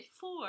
four